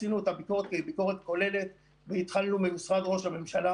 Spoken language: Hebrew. עשינו את הביקורת כביקורת כוללת והתחלנו ממשרד ראש הממשלה.